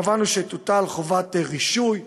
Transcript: קבענו שתוטל חובת רישוי.